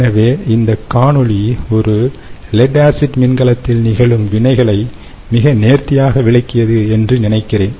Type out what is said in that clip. எனவே இந்த காணொளி ஒரு லெட் ஆசிட் மின்கலத்தில் நிகழும் வினைகளை மிக நேர்த்தியாக விளக்கியது என்று நினைக்கிறேன்